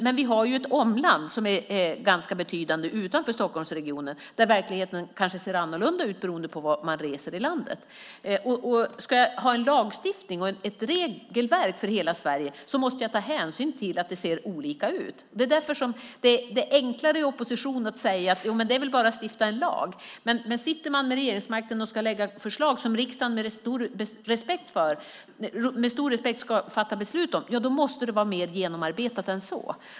Men vi har ett omland som är ganska betydande utanför Stockholmsregionen där verkligheten kanske ser annorlunda ut beroende på var man reser i landet. Ska jag ha en lagstiftning och ett regelverk för hela Sverige måste jag ta hänsyn till att det ser olika ut. Det är enklare att i opposition säga: Det är väl bara att stifta en lag. Men sitter man med regeringsmakten och ska lägga fram förslag som riksdagen med stor respekt ska fatta beslut om måste det vara mer genomarbetat än så.